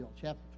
chapter